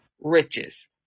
riches